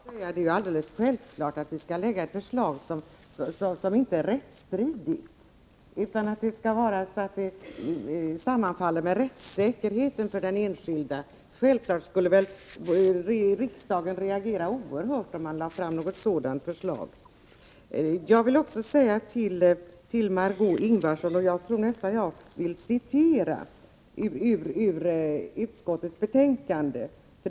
Herr talman! Till Allan Åkerlind vill jag säga att det är helt självklart att vi skall lägga fram ett förslag som inte är rättsstridigt — det skall vara utformat så att det sammanfaller med rättssäkerheten för den enskilde. Riksdagen skulle naturligtvis reagera oerhört starkt, om vi lade fram ett rättsstridigt förslag. För Marg6ö Ingvardsson vill jag citera ur utskottets betänkande.